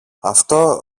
αυτό